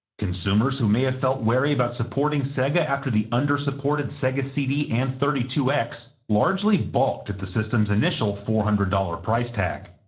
consumers, who may have felt wary about supporting sega after the under-supported sega cd and thirty two x, largely balked at the system's initial four hundred dollars price tag.